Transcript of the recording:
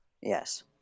Yes